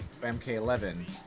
MK11